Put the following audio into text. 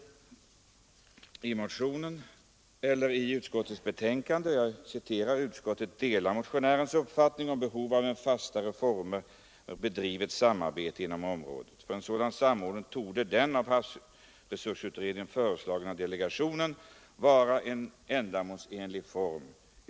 Näringsutskottet skriver: ”Utskottet delar motionärernas uppfattning om behovet av ett i fastare former bedrivet samarbete inom området. För en sådan samordning torde den av havsresursutredningen föreslagna delegationen vara en ändamålsenlig form.